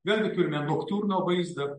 vėlgi turime noktiurno vaizdą